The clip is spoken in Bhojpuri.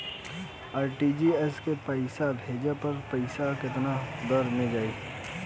आर.टी.जी.एस से पईसा भेजला पर पईसा केतना देर म जाई?